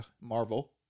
Marvel